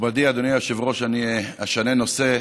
נכבדי, אדוני היושב-ראש, אני אשנה נושא.